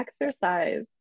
exercise